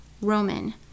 Roman